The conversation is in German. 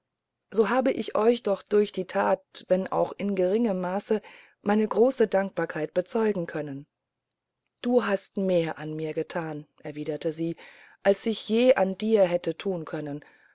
so hab ich euch doch durch die tat wenn auch in geringem maß meine große dankbarkeit bezeugen können du hast mehr an mir getan erwiderte sie als ich je an dir hätte tun können